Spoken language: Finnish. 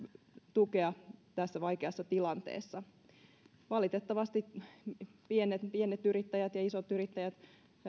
tukea tässä vaikeassa tilanteessa valitettavasti pienet pienet yrittäjät ja isot yrittäjät